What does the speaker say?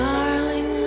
Darling